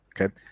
okay